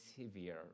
severe